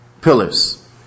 pillars